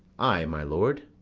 ay, my lord.